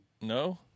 No